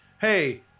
hey